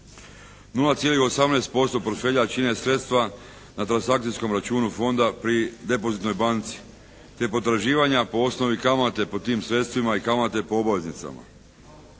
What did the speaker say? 0,18% portfelja čine sredstva na transakcijom računu fonda pri depozitnoj banci te potraživanja po osnovi kamate po tim sredstvima i kamate po obveznicama.